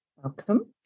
Welcome